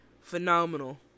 phenomenal